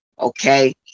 okay